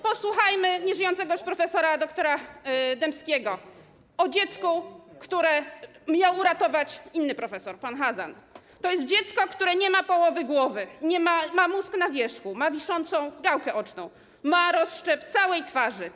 Posłuchajmy słów nieżyjącego już prof. dr. Dębskiego o dziecku, które miał uratować inny profesor, pan Chazan: To jest dziecko, które nie ma połowy głowy, ma mózg na wierzchu, ma wiszącą gałkę oczną, ma rozszczep całej twarzy.